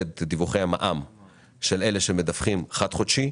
את דיווחי המע"מ של אלה שמדווחים חד חודשי.